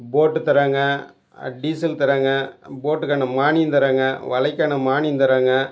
போட்டு தர்றாங்க டீசல் தர்றாங்க போட்டுக்கான மானியம் தர்றாங்க வலைக்கான மானியம் தர்றாங்க